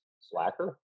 Slacker